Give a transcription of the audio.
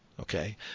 okay